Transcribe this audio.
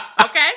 Okay